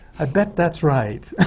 i bet that's right.